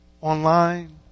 Online